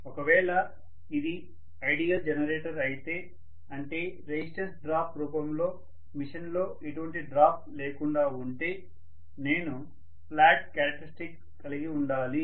ఒకవేళ ఇది ideal generator అయితే అంటే రెసిస్టెన్స్ డ్రాప్ రూపంలో మెషిన్ లో ఎటువంటి డ్రాప్ లేకుండా ఉంటే నేను ఫ్లాట్ కారక్టర్య్స్టిక్స్ కలిగి ఉండాలి